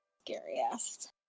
scariest